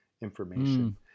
information